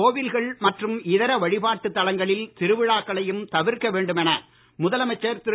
கோவில்கள் மற்றும் இதர வழிப்பாட்டு தலங்களில் திருவிழாக்களையும் தவிர்க்க வேண்டும் என முதலமைச்சர் திரு